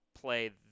play